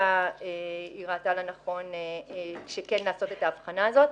היא ראתה לנכון כן לעשות את הבחנה הזאת.